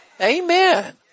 Amen